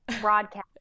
broadcast